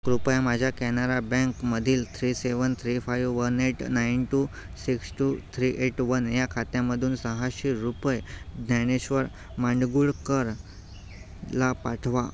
कृपया माझ्या कॅनरा बँकमधील three seven three five one eight nine two six two three eight one या खात्यामधून सहाशे रुपये ज्ञानेश्वर मांडगूळकर ला पाठवा